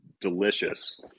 delicious